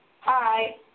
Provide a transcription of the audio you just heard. Hi